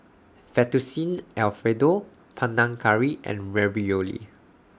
Fettuccine Alfredo Panang Curry and Ravioli